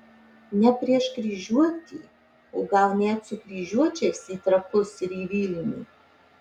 ne prieš kryžiuotį o gal net su kryžiuočiais į trakus ir į vilnių